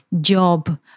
job